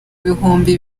ibihumbi